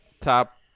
Top